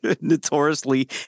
notoriously